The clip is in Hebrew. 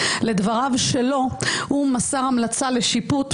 לדבריו שלו הוא מסר המלצה לשיפוט,